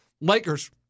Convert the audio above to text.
Lakers